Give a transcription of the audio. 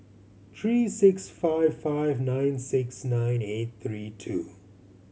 three six five five nine six nine eight three two